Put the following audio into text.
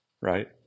right